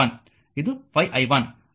ಇದು 5i1